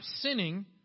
sinning